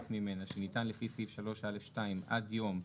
ממנה שניתן לפי סעיף 3(א)(2) עד יום ב'